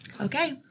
okay